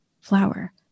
flower